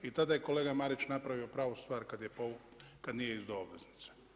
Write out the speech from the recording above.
I tada je kolega Marić napravio pravu stvar kada nije izdao obveznice.